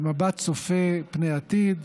במבט צופה פני עתיד,